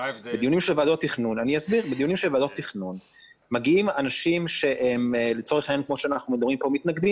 בדיונים של ועדות תכנון מגיעים אנשים שהם לצורך העניין מתנגדים,